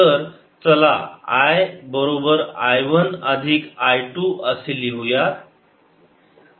तर चला I बरोबर I वन अधिक I टू असे लिहूयात